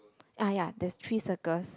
ah ya there's three circles